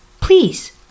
please